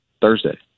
Thursday